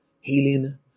healing